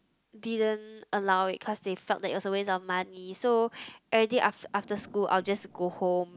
didn't allow it cause they felt that it was a waste of money so everyday after after school I'll just go home